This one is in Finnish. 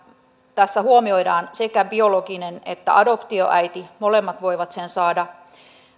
tässä huomioidaan sekä biologinen että adoptioäiti molemmat voivat sen saada